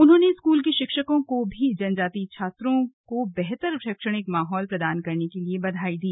उन्होंने स्कूल के शिक्षकों को भी जनजाति छात्रों को बेहतर शैक्षणिक माहौल प्रदान करने के लिए बधाई दी